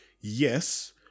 yes